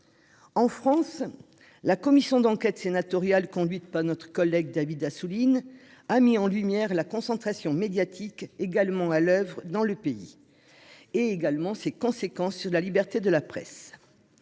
En France, la commission d'enquête sénatoriale conduite par notre collègue David Assouline a mis en lumière la concentration médiatique également à l'oeuvre dans notre pays, ainsi que ses conséquences sur la liberté de la presse.